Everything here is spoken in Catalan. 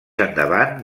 endavant